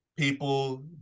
people